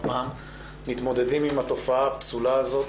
פעם מתמודדים עם התופעה הפסולה הזאת,